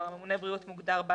בריאות.